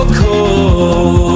cold